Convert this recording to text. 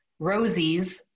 rosies